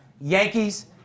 Yankees